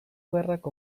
gerrak